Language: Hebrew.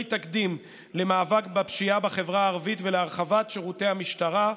תקדים למאבק בפשיעה בחברה הערבית ולהרחבת שירותי המשטרה.